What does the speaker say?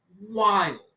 wild